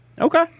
Okay